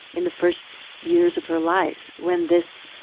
in the first years of her life when this